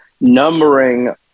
numbering